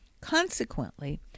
Consequently